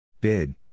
Bid